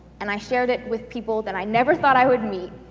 and i shared it with people that i never thought i would meet,